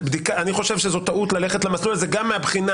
אני חושב שזאת טעות ללכת למסלול הזה גם מהבחינה